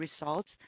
results